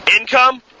Income